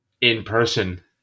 in-person